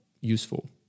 useful